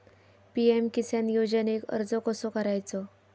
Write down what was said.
PM Kisan योजनेक अर्ज कसो करायचो?